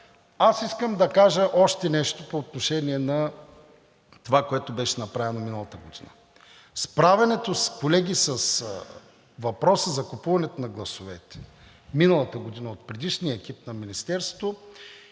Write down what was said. аз искам да кажа още нещо по отношение на това, което беше направено миналата година. Справянето, колеги, с въпроса за купуването на гласовете миналата година от предишния екип на Министерството